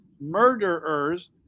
murderers